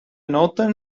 northern